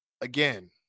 again